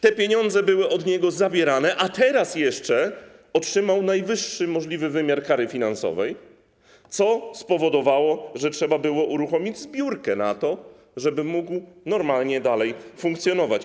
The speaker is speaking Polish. Te pieniądze były od niego zabierane, a teraz jeszcze otrzymał najwyższy możliwy wymiar kary finansowej, co spowodowało, że trzeba było uruchomić zbiórkę na to, żeby mógł normalnie dalej funkcjonować.